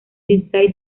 side